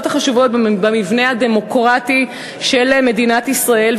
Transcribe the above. החשובות במבנה הדמוקרטי של מדינת ישראל,